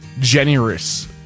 generous